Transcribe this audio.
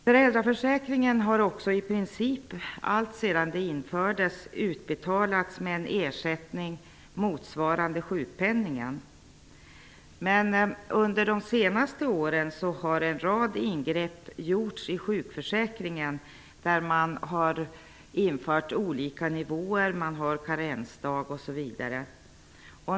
Föräldraförsäkringen har också i princip alltsedan den infördes utbetalats med en ersättning motsvarande sjukpenningen. Under de senaste åren har en rad ingrepp gjorts i sjukförsäkringen. Man har infört olika nivåer, karensdag osv.